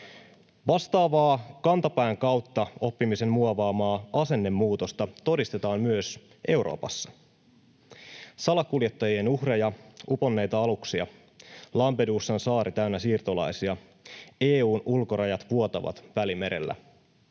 Vastaavaa kantapään kautta oppimisen muovaamaa asennemuutosta todistetaan myös Euroopassa. Salakuljettajien uhreja, uponneita aluksia, Lampedusan saari täynnä siirtolaisia, EU:n ulkorajat vuotavat Välimerellä.